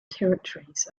territories